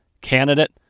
candidate